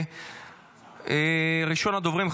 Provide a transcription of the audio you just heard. ראשון הדוברים,